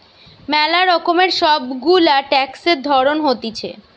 ম্যালা রকমের সব গুলা ট্যাক্সের ধরণ হতিছে